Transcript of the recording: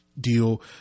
deal